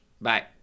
Bye